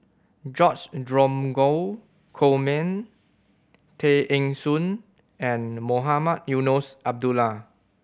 George Dromgold Coleman Tay Eng Soon and Mohamed Eunos Abdullah